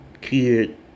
kid